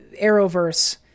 Arrowverse